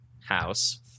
house